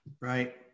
Right